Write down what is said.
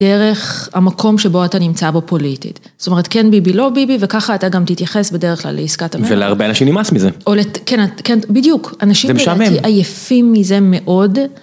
דרך המקום שבו אתה נמצא בו פוליטית, זאת אומרת כן ביבי לא ביבי וככה אתה גם תתייחס בדרך כלל לעסקת המעלה, ולהרבה אנשים נמאס מזה, בדיוק, זה משעמם, אנשים עייפים מזה מאוד.